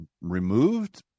removed